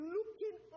Looking